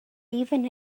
even